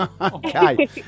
okay